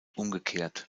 umgekehrt